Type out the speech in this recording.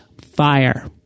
FIRE